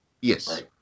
Yes